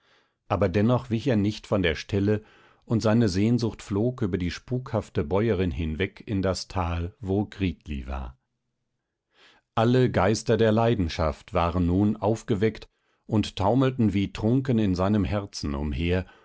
aber dennoch wich er nicht von der stelle und seine sehnsucht flog über die spukhafte bäuerin hinweg in das tal wo gritli war alle geister der leidenschaft waren nun aufgeweckt und taumelten wie trunken in seinem herzen umher